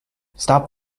stop